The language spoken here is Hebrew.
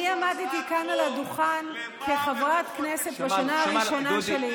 אני עמדתי כאן על הדוכן כחברת כנסת בשנה הראשונה שלי,